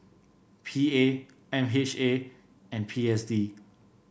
P A M H A and P S D